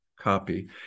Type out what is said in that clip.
copy